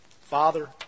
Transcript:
Father